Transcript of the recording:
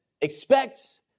expect